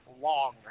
long